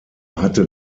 hatte